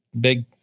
big